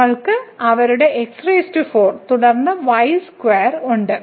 നമ്മൾക്ക് അവരുടെ x4 തുടർന്ന് y2 ഉണ്ട്